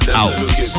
out